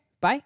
Bye